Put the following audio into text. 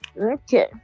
Okay